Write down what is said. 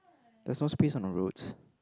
there's no space on the roads